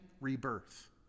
rebirth